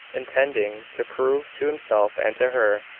intending to prove to himself and to her,